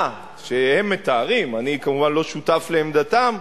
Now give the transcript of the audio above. הנורא שהם מתארים, אני כמובן לא שותף לעמדתם,